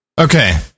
Okay